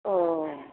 अ